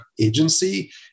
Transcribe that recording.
agency